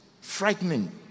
frightening